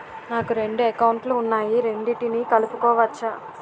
నాకు రెండు అకౌంట్ లు ఉన్నాయి రెండిటినీ కలుపుకోవచ్చా?